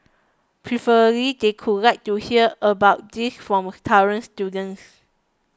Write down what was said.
preferably they could like to hear about these from students